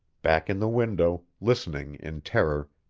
back in the window, listening in terror,